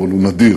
אבל הוא נדיר,